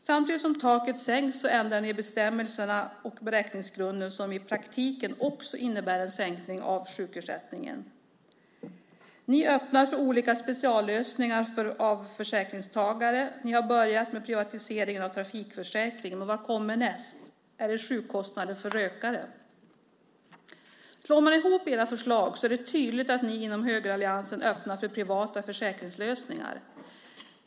Samtidigt som taket sänks ändrar ni i bestämmelserna och beräkningsgrunden, vilket i praktiken också innebär en sänkning av sjukersättningen. Ni öppnar för olika speciallösningar för försäkringstagare. Ni har börjat med privatiseringen av trafikförsäkringen. Vad kommer härnäst? Är det sjukkostnaden för rökare? Om man slår ihop era förslag är det tydligt att ni inom högeralliansen öppnar för privata försäkringslösningar.